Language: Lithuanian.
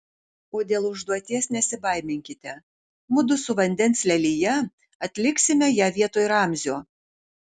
o dėl užduoties nesibaiminkite mudu su vandens lelija atliksime ją vietoj ramzio